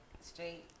straight